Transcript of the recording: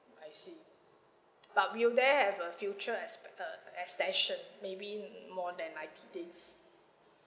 I see but will there have a future expe~ uh extension maybe more than ninety days